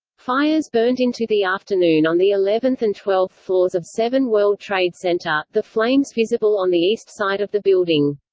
fires burned into the afternoon on the eleventh and twelfth floors of seven world trade center, the flames visible on the east side of the building.